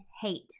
hate